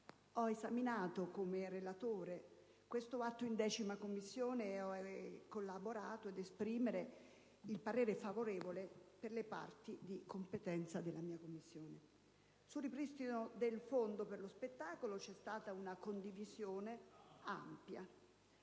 Ho esaminato, come relatore, questo atto in 10a Commissione collaborando ad esprimere il parere favorevole, per le parti di competenza della Commissione. Sul ripristino del Fondo per lo spettacolo c'è stata una condivisione ampia.